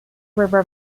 river